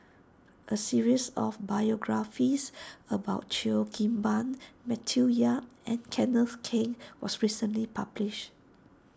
a series of biographies about Cheo Kim Ban Matthew Yap and Kenneth Keng was recently published